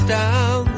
down